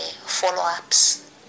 follow-ups